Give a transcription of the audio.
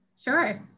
Sure